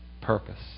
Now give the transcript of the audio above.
Purpose